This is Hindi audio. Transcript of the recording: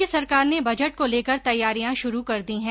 राज्य सरकार ने बजट को लेकर तैयारियां शुरू कर दी है